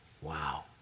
wow